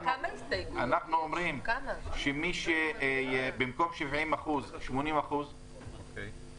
אנחנו אומרים: במקום 70% 80%. אוקיי.